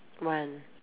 one